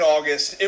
August